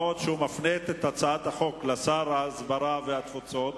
מה גם שהוא מפנה את הצעת החוק לשר ההסברה והתפוצות,